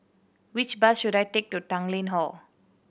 which bus should I take to Tanglin Hall